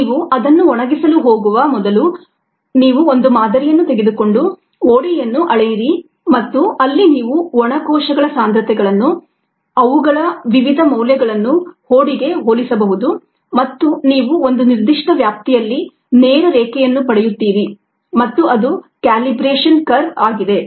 ನೀವು ಅದನ್ನು ಒಣಗಿಸಲು ಹೋಗುವ ಮೊದಲು ನೀವು ಒಂದು ಮಾದರಿಯನ್ನು ತೆಗೆದುಕೊಂಡು ODಯನ್ನು ಅಳೆಯಿರಿ ಮತ್ತು ಅಲ್ಲಿ ನೀವು ಒಣ ಕೋಶಗಳ ಸಾಂದ್ರತೆಗಳನ್ನು ಅವುಗಳ ವಿವಿಧ ಮೌಲ್ಯಗಳನ್ನು ODಗೆ ಹೋಲಿಸಬಹುದು ಮತ್ತು ನೀವು ಒಂದು ನಿರ್ದಿಷ್ಟ ವ್ಯಾಪ್ತಿಯಲ್ಲಿ ನೇರ ರೇಖೆಯನ್ನು ಪಡೆಯುತ್ತೀರಿ ಮತ್ತು ಅದು ಕ್ಯಾಲಿಬ್ರೆಷನ್ ಕರ್ವ್ ಆಗಿದೆ